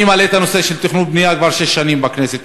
אני מעלה את הנושא של תכנון ובנייה כבר שש שנים בכנסת,